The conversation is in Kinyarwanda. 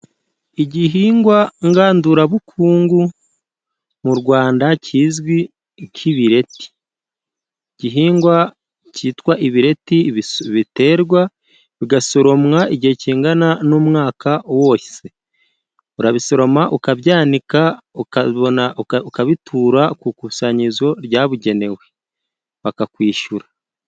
Igihingwa ngandurabukungu mu Rwanda kizwi nk'ibireti. Igihingwa cyitwa ibireti biso biterwa bigasoromwa igihe kingana n'umwaka wose. urabisoroma ukabyanika, ukabona uka ukabitura ku kusanyirizo ryabugenewe bakakwishyura.